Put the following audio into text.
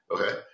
Okay